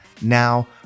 now